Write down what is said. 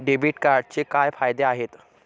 Debit कार्डचे काय फायदे आहेत?